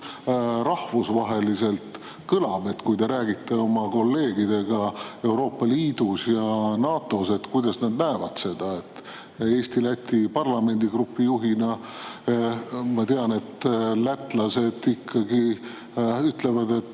rahvusvaheliselt kõlab? Kui te räägite oma kolleegidega Euroopa Liidus ja NATO-s, siis kuidas nad seda näevad? Eesti-Läti parlamendigrupi juhina ma tean, et lätlased ütlevad, et